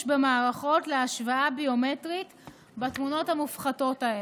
במערכות להשוואה ביומטרית בתמונות המופחתות האלה.